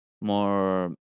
more